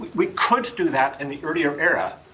we could do that in the earlier era.